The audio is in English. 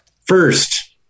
first